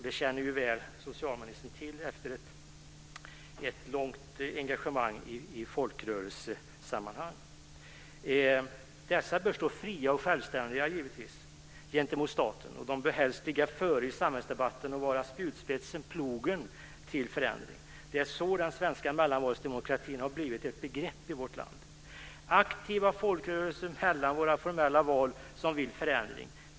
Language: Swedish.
Det känner ju socialministern väl till efter ett långt engagemang i folkrörelsesammanhang. Dessa bör givetvis stå fria och självständiga gentemot staten. De bör helst ligga före i samhällsdebatten och vara spjutspetsen, plogen, till förändring. Det är så den svenska mellanvalsdemokratin har blivit ett begrepp i vårt land. Det handlar om aktiva folkrörelser som vill genomföra förändringar mellan våra formella val.